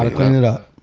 to clean it up.